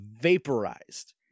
vaporized